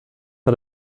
hat